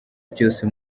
byose